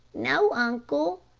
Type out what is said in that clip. no, uncle.